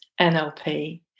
NLP